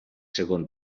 segon